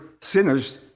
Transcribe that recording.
sinners